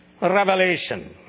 revelation